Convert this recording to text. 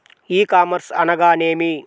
ఈ కామర్స్ అనగా నేమి?